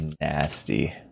nasty